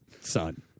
son